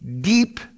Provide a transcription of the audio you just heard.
deep